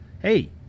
Hey